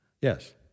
Yes